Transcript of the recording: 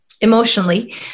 emotionally